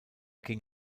ging